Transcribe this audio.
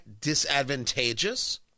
disadvantageous